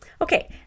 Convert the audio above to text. Okay